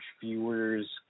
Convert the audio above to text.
viewers